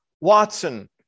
Watson